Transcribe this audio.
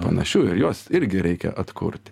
panašių ir juos irgi reikia atkurti